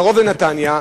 קרוב לנתניה,